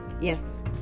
yes